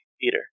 Peter